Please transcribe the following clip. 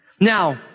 Now